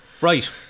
right